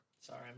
sorry